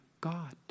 God